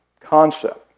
concept